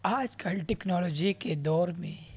آج کل ٹیکنالوجی کے دور میں